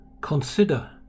consider